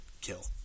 Kill